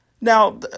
Now